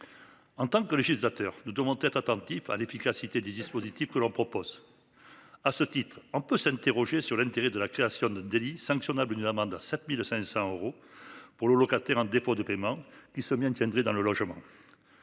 En tant que législateurs, nous devons être attentifs à l'efficacité des dispositifs que l'on propose. À ce titre, on peut s'interroger sur l'intérêt de la création d'un délit sanctionnable amende à 7500 euros pour le locataire. Un défaut de paiement qui se maintiendrait dans le logement.